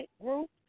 Group